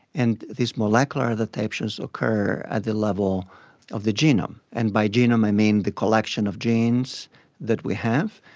and these molecular adaptations occur at the level of the genome, and by genome i mean the collection of genes that we have.